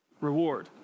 reward